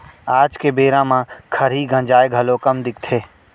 आज के बेरा म खरही गंजाय घलौ कम दिखथे